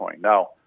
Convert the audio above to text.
Now